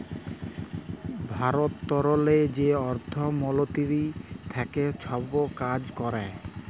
ভারতেরলে যে অর্থ মলতিরি থ্যাকে ছব কাজ ক্যরে